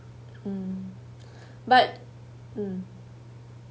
mm but mm